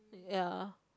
ya